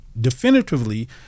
definitively